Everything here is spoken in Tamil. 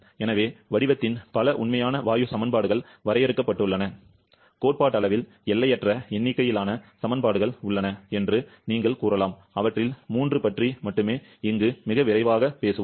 எனவே வடிவத்தின் பல உண்மையான வாயு சமன்பாடுகள் வரையறுக்கப்பட்டுள்ளன கோட்பாட்டளவில் எல்லையற்ற எண்ணிக்கையிலான சமன்பாடுகள் உள்ளன என்று நீங்கள் கூறலாம் அவற்றில் மூன்று பற்றி மட்டுமே இங்கு மிக விரைவாக பேசுவோம்